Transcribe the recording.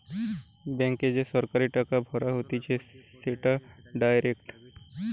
ব্যাংকে যে সরাসরি টাকা ভরা হতিছে সেটা ডাইরেক্ট